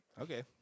Okay